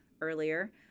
earlier